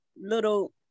little